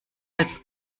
als